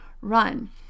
run